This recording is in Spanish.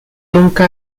nunca